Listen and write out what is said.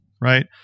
Right